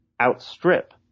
outstrip